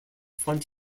font